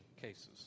cases